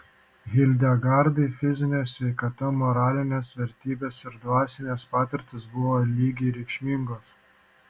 hildegardai fizinė sveikata moralinės vertybės ir dvasinės patirtys buvo lygiai reikšmingos